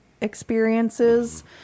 experiences